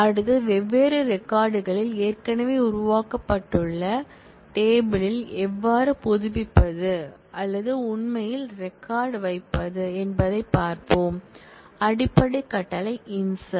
அடுத்து வெவ்வேறு ரெக்கார்ட் களில் ஏற்கனவே உருவாக்கப்பட்டுள்ள டேபிள் யில் எவ்வாறு புதுப்பிப்பது அல்லது உண்மையில் ரெக்கார்ட் வைப்பது என்பதைப் பார்ப்போம் அடிப்படை கட்டளை insert